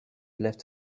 left